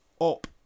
up